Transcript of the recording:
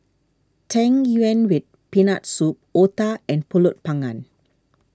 Tang Yuen with Peanut Soup Otah and Pulut Panggang